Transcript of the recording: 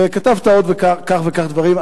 וכתבת עוד כך וכך דברים.